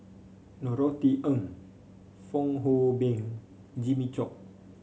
Norothy Ng Fong Hoe Beng Jimmy Chok